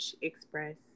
express